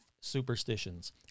superstitions